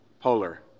Polar